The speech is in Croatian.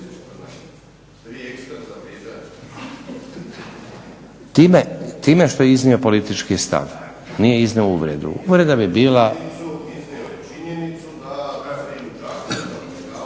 Time što je iznio politički stav, nije iznio uvredu. Uvreda bi bila…